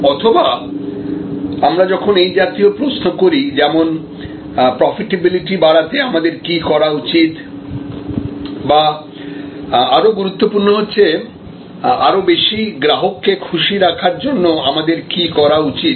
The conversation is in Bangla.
অথবা আমরা যখন এই জাতীয় প্রশ্ন করি যেমন প্রফিটেবিলিটি বাড়াতে আমাদের কী করা উচিত বা আরও গুরুত্বপূর্ণভাবে হচ্ছে আরও বেশি গ্রাহককে খুশি রাখার জন্য আমাদের কী করা উচিত